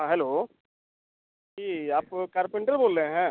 हाँ हैलो जी आप कारपेंटर बोल रहे हैं